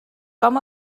com